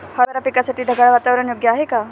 हरभरा पिकासाठी ढगाळ वातावरण योग्य आहे का?